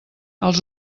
els